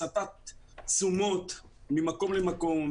הסטת תשומות ממקום למקום.